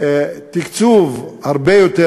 תקצוב הרבה יותר,